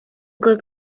good